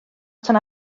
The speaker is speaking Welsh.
tan